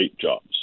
jobs